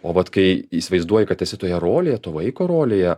o vat kai įsivaizduoji kad esi toje rolėje to vaiko rolėje